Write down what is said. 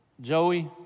Joey